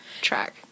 track